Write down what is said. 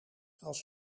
als